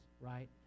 right